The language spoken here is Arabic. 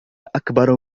أكبر